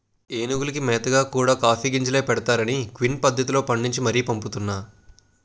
ఏనుగులకి మేతగా కూడా కాఫీ గింజలే ఎడతన్నారనీ క్విన్ పద్దతిలో పండించి మరీ పంపుతున్నా